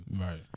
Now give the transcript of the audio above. Right